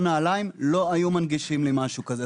לא היו מנגישים לי משהו כזה.